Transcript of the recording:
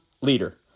leader